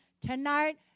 tonight